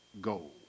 goal